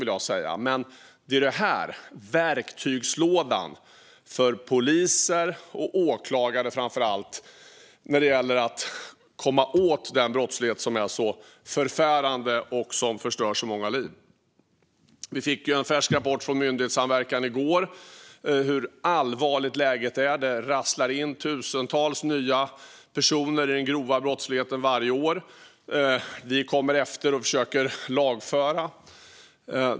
Det som det framför allt handlar om är verktygslådan för poliser och åklagare när det gäller att komma åt den brottslighet som är så förfärande och som förstör så många liv. Vi fick en färsk rapport från myndighetssamverkan i går om hur allvarligt läget är. Det rasslar in tusentals nya personer i den grova brottsligheten varje år. Vi kommer efter och försöker lagföra.